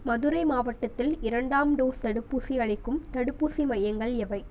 மதுரை மாவட்டத்தில் இரண்டாம் டோஸ் தடுப்பூசி அளிக்கும் தடுப்பூசி மையங்கள் எவை